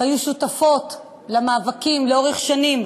והיו שותפות למאבקים לאורך שנים